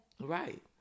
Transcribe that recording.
Right